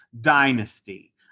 Dynasty